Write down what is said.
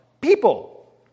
people